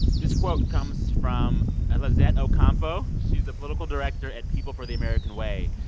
this quote comes from ah lizet ocampo. she's the political director at people for the american way.